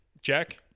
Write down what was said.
Jack